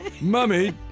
Mummy